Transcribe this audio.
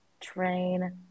train